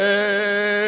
Hey